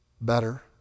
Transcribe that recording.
better